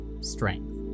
strength